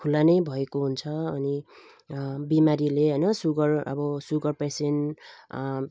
खुला नै भएको हुन्छ अनि बिमारीले होइन सुगर अब सुगर पेसेन्ट